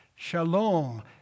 Shalom